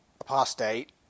apostate